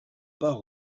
part